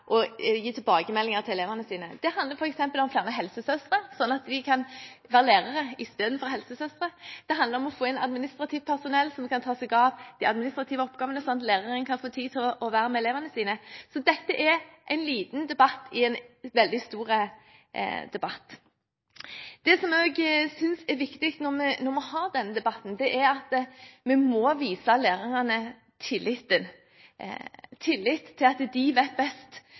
og gi tilbakemeldinger til elevene sine. Det handler f.eks. om flere helsesøstre, så man kan være lærer istedenfor helsesøster. Det handler om å få inn administrativt personell, som kan ta seg av de administrative oppgavene, sånn at lærerne kan få tid til å være med elevene sine. Så dette er en liten debatt i en veldig stor debatt. Det som jeg også synes er viktig når vi har denne debatten, er at vi viser lærerne tillit – tillit til at de vet best